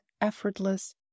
effortless